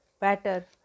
better